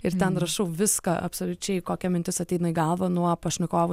ir ten rašau viską absoliučiai kokia mintis ateina į galvą nuo pašnekovų